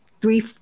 three